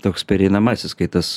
toks pereinamasis kai tas